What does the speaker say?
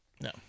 No